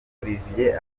olivier